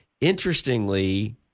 interestingly